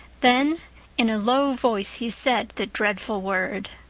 then in a low voice he said the dreadful word.